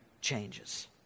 changes